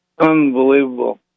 Unbelievable